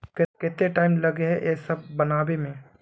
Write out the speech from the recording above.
केते टाइम लगे है ये सब बनावे में?